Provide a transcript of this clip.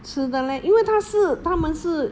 吃的 leh 因为他是他们是